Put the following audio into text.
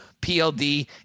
PLD